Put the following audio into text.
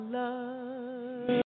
love